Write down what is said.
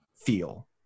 feel